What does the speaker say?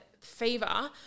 fever